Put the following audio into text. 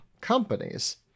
companies